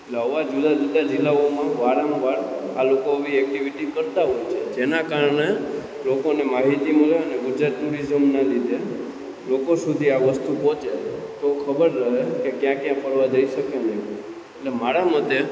એટલે આવા જુદા જુદા જીલ્લાઓમાં વારંવાર આ લોકો આવી એકટીવિટી કરતાં હોય છે જેના કારણે લોકોને માહિતી મલે અને ગુજરાત ટુરિઝમના લીધે લોકો સુધી આ વસ્તુ પહોંચે તો ખબર રહે કે ક્યાં ક્યાં ફરવા જઈએ અને એ એટલે મારા મતે